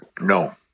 no